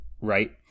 right